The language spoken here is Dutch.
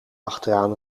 achteraan